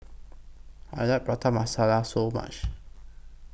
I like Prata Masala So much